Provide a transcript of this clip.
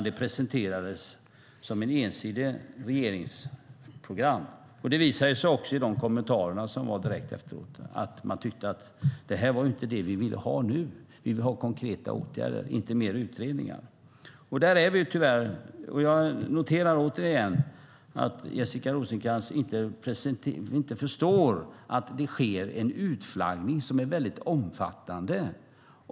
Det presenterades som ett ensidigt regeringsprogram. Det visade sig också i de kommentarer som var direkt efteråt att man tyckte att det här inte var vad man ville ha nu. Man vill ha konkreta åtgärder, inte fler utredningar. I det läget är vi tyvärr. Jag noterar återigen att Jessica Rosencrantz inte förstår att det sker en utflaggning som är väldigt omfattande.